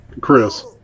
Chris